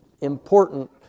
important